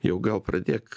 jau gal pradėk